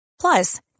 Plus